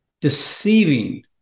deceiving